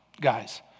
guys